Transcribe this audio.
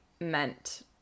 meant